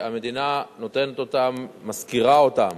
שהמדינה נותנת אותן, משכירה אותן,